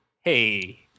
Hey